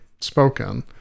spoken